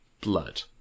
blood